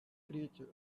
creature